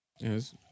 Yes